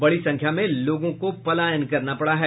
बड़ी संख्या में लोगों को पलायन करना पड़ा है